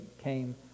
came